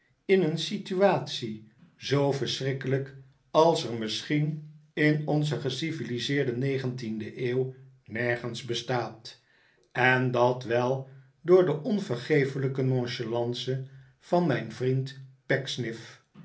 in eert situatie zoo verschrikkelijk als er misschien in onze geciviliseerde negentiende eeuw nergens bestaat en dat wel door de onvergeeflijke nonchalance van mijn vriend